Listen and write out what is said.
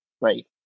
right